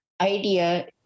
idea